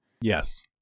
Yes